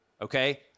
okay